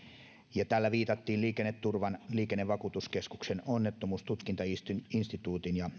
ja tällä viitattiin liikenneturvan liikennevakuutuskeskuksen onnettomuustutkintainstituutin ja